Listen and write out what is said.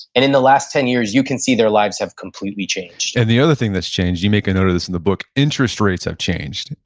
and in the last ten years you can see their lives have completely changed and the other thing that's changed, you make a note of this in the book, interest rates have changed